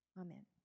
Amen